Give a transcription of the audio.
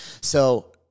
So-